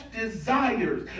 desires